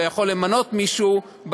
אלא יכול למנות מישהו,